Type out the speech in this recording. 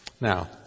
Now